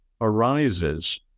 arises